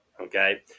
okay